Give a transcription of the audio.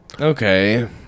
Okay